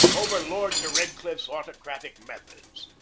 over lord de redcliffe's autocratic methods.